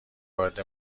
وارد